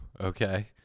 okay